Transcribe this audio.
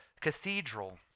cathedral